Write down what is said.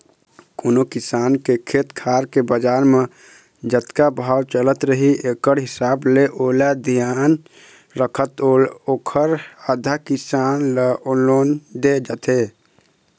कोनो किसान के खेत खार के बजार म जतका भाव चलत रही एकड़ हिसाब ले ओला धियान रखत ओखर आधा, किसान ल लोन दे जाथे